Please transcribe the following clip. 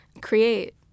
create